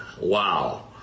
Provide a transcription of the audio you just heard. wow